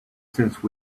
since